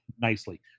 nicely